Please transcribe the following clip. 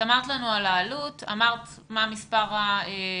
עכשיו פיקוד העורף אבל בעבר משרד הפנים והרשות המקומית,